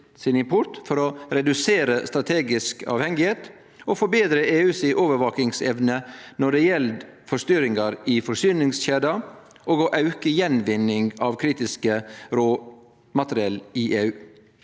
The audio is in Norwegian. for å vere mindre strategisk avhengig, forbetre EU si overvakingsevne når det gjeld forstyrringar i forsyningskjeda, og auke gjenvinninga av kritiske råmateriale i EU.